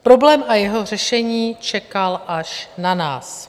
Problém a jeho řešení čekal až na nás.